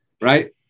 right